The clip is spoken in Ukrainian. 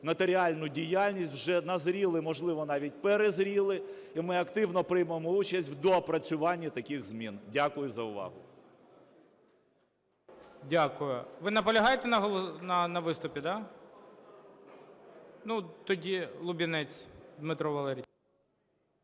нотаріальну діяльність, уже назріли, можливо, навіть перезріли. І ми активно приймемо участь у доопрацюванні таких змін. Дякую за увагу. ГОЛОВУЮЧИЙ. Дякую. Ви наполягаєте на виступі, да? Тоді Лубінець Дмитро Валерійович.